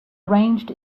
arranged